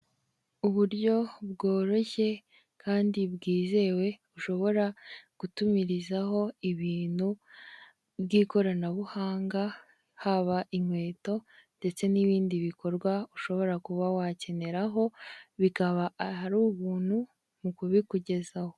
Uburyo bworoshye kandi bwizewe bushobora gutumirizaho ibintu by'ikoranabuhanga haba inkweto ndetse n'ibindi bikorwa ushobora kuba wakeneraho bikaba ari ubuntu mu kubikugezaho.